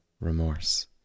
remorse